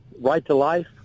right-to-life